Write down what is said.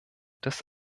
des